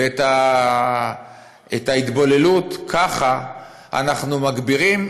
ואת ההתבוללות ככה אנחנו מגבירים,